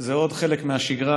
זה עוד חלק מהשגרה.